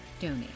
donate